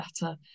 better